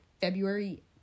february